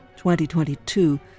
2022